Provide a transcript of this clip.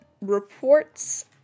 reports